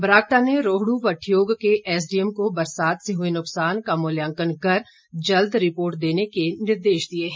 बरागटा ने रोहड् व ठियोग के एसडीएम को बरसात से हुए नुकसान का मूल्यांकन कर जल्द रिपोर्ट देने के निर्देश दिए हैं